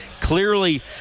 clearly